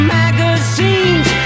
magazines